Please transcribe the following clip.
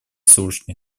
службе